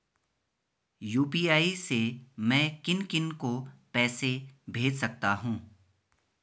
UPI से मैं किन किन को पैसे भेज सकता हूँ?